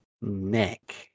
Nick